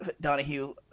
Donahue